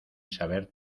saber